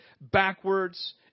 backwards